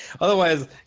Otherwise